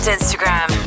Instagram